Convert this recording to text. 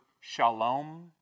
shalom